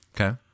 Okay